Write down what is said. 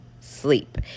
sleep